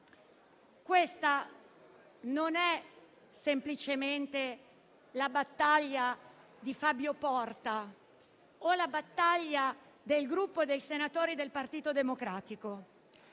questa non è semplicemente la battaglia di Fabio Porta o del Gruppo dei senatori del Partito Democratico: